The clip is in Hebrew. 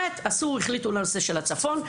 החליטו על הצפון,